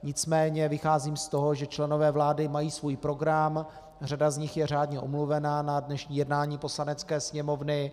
Nicméně vycházím z toho, že členové vlády mají svůj program, řada z nich je řádně omluvena na dnešní jednání Poslanecké sněmovny.